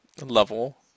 level